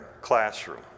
classroom